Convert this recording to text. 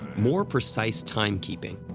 more precise time-keeping,